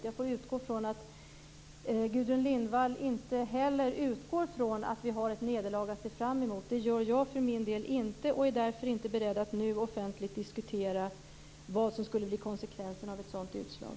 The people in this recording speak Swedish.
Jag får utgå från att inte heller Gudrun Lindvall utgår från att vi har ett nederlag att se fram emot. Det gör jag för min del inte. Därför är jag inte beredd att nu offentligt diskutera vad som skulle bli konsekvensen av ett sådant utslag.